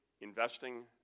investing